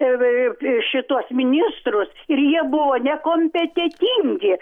ir ir šituos ministrus ir jie buvo nekompetentingi